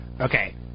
Okay